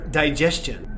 digestion